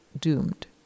doomed